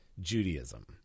Judaism